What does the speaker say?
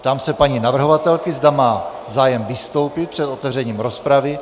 Ptám se paní navrhovatelky, zda má zájem vystoupit před otevřením rozpravy.